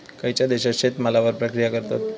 खयच्या देशात शेतमालावर प्रक्रिया करतत?